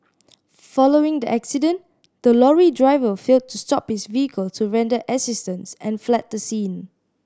following the accident the lorry driver failed to stop his vehicle to render assistance and fled the scene